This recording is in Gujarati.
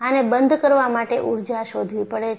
આને બંધ કરવા માટે જરૂરી ઊર્જા શોધવી પડે છે